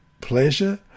pleasure